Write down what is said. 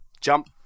jump